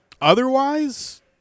Otherwise